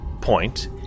point